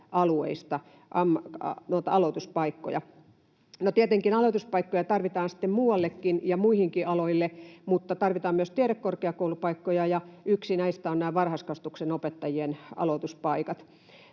alueista aloituspaikkoja. No tietenkin aloituspaikkoja tarvitaan sitten muuallekin ja muillekin aloille, ja tarvitaan myös tiedekorkeakoulupaikkoja, ja yksi näistä on varhaiskasvatuksen opettajien aloituspaikat.